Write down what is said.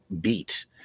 beat